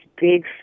big